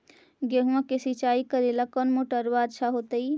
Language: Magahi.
गेहुआ के सिंचाई करेला कौन मोटरबा अच्छा होतई?